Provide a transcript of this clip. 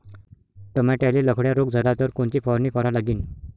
टमाट्याले लखड्या रोग झाला तर कोनची फवारणी करा लागीन?